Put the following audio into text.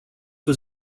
was